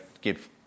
give